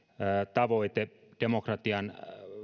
tavoite demokratian